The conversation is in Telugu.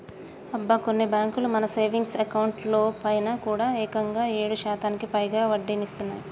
అబ్బా కొన్ని బ్యాంకులు మన సేవింగ్స్ అకౌంట్ లో పైన కూడా ఏకంగా ఏడు శాతానికి పైగా వడ్డీనిస్తున్నాయి